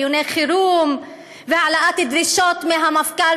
דיוני חירום והעלאת דרישות מהמפכ"ל